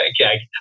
okay